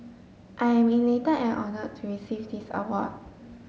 I am elated and honoured to receive this award